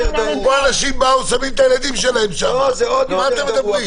אנשים שמים את הילדים שלהם שם, על מה אתם מדברים?